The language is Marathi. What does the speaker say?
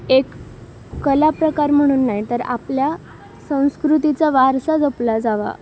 एक कलाप्रकार म्हणून नाही तर आपल्या संस्कृतीचा वारसा जपला जावा